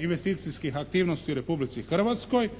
investicijskih aktivnosti u Republici Hrvatskoj,